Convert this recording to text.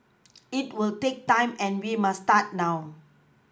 it will take time and we must start now